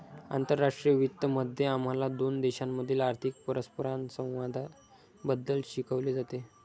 आंतरराष्ट्रीय वित्त मध्ये आम्हाला दोन देशांमधील आर्थिक परस्परसंवादाबद्दल शिकवले जाते